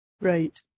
Right